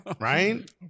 right